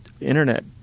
internet